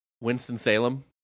Winston-Salem